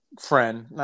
friend